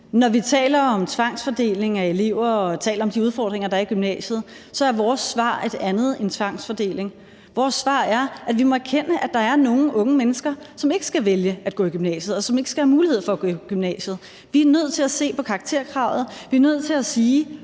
Når vi taler om tvangsfordelingen af elever og vi taler om de udfordringer, der er i gymnasiet, så er vores svar et andet end tvangsfordeling. Vores svar er, at vi må erkende, at der er nogle unge mennesker, som ikke skal vælge at gå i gymnasiet, og som ikke skal have mulighed for at gå i gymnasiet. Vi er nødt til at se på karakterkravet. Vi er nødt til at sige,